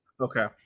Okay